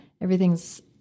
Everything's